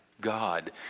God